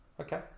okay